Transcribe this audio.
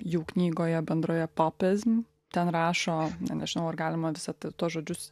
jų knygoje bendroje popism ten rašo nežinau ar galima visa ta tuos žodžius